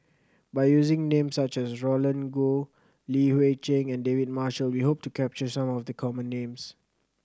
by using names such as Roland Goh Li Hui Cheng and David Marshall we hope to capture some of the common names